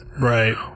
right